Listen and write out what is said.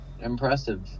impressive